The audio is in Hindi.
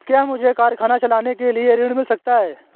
क्या मुझे कारखाना चलाने के लिए ऋण मिल सकता है?